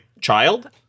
child